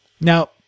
now